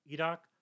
Iraq